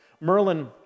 Merlin